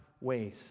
ways